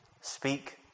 speak